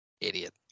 Idiot